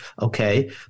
Okay